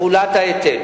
תחולת ההיטל.